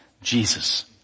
Jesus